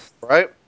Right